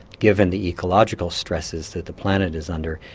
given the ecological stresses that the planet is under,